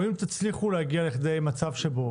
או אם תצליחו להגיע להסדר עם הצו שבו,